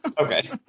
Okay